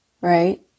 Right